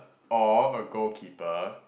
or a goalkeeper